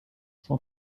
son